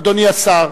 אדוני השר,